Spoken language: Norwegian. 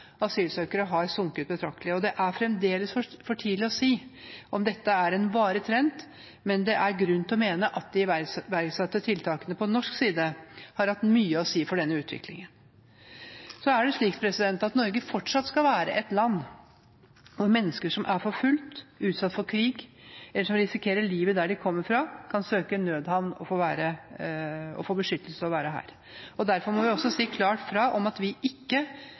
asylsøkere har sunket betraktelig. Det er fremdeles for tidlig å si om dette er en varig trend, men det er grunn til å mene at de iverksatte tiltakene på norsk side har hatt mye å si for denne utviklingen. Så er det slik at Norge fortsatt skal være et land hvor mennesker som er forfulgt, utsatt for krig eller som risikerer livet der de kommer fra, kan søke nødhavn og få beskyttelse og være her. Derfor må vi også si klart fra om at vi ikke